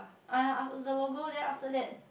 uh is the logo then after that